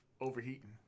overheating